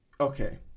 okay